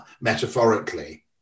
metaphorically